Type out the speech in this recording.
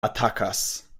atakas